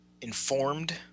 informed